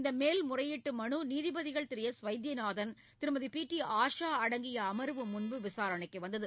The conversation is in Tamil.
இந்த மேல்முறையீட்டு மனு நீதிபதிகள் Thiru S Vaidyanathan Thirumathi P T Asha அடங்கிய அமர்வு முன்பு விசாரணைக்கு வந்தது